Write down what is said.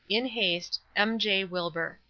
in haste, m. j. wilbur.